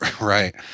Right